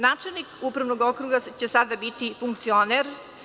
Načelnik upravnog okruga će sada biti funkcioner.